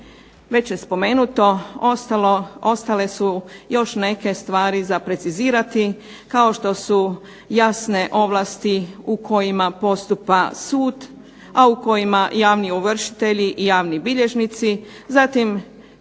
već je spomenuto, ostale su još neke stvari za precizirati kao što su jasne ovlasti u kojima postupa sud, a u kojima javni ovršitelji i javni bilježnici. Zatim,